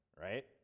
right